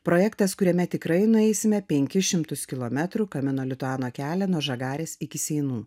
projektas kuriame tikrai nueisime penkis šimtus kilometrų kameno lituano kelią nuo žagarės iki seinų